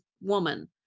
woman